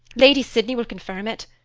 lady sydney will confirm it,